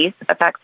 affects